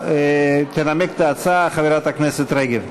תנמק את ההצעה חברת הכנסת רגב.